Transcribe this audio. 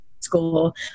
school